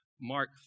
Mark